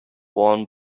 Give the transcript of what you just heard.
worn